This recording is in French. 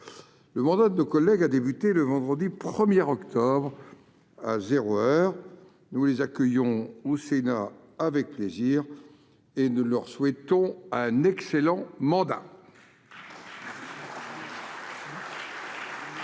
Le mandat de nos collègues a débuté vendredi 1 octobre, à zéro heure. Nous les accueillons au Sénat avec plaisir et leur souhaitons un excellent mandat.